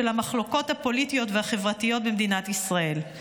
של המחלוקות הפוליטיות והחברתיות במדינת ישראל.